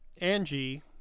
Angie